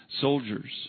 soldiers